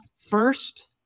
first